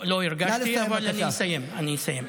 לא הרגשתי, אבל אני אסיים, אני אסיים.